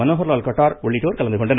மனோகர்லால் கட்டார் உள்ளிட்டோர் கலந்து கொண்டனர்